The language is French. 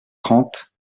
trente